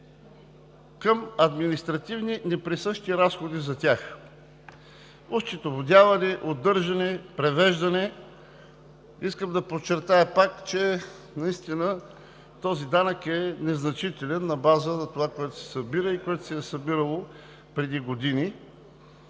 административни, неприсъщи разходи: осчетоводяване, удържане, превеждане. Искам да подчертая пак, че наистина този данък е незначителен на база на това, което се събира и което се е събирало преди години.